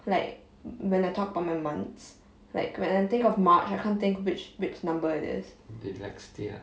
like when I talk about my months like when I think of march I can't think which which number it is